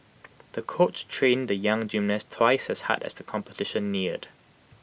the coach trained the young gymnast twice as hard as the competition neared